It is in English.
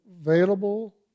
available